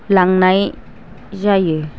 लांनाय जायो